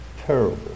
terrible